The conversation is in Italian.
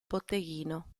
botteghino